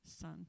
son